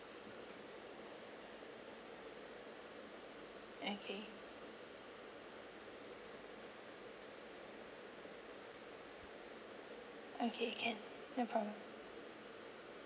okay okay can no problem